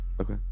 Okay